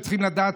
לעונה?